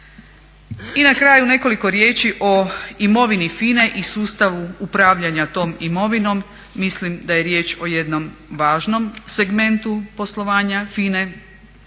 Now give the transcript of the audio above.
I na kraju nekoliko riječi o imovini FINA-e i sustavu upravljanja tom imovinom. Mislim da je riječ o jednom važnom segmentu poslovanja FINA-e.